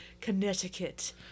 Connecticut